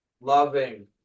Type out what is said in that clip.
loving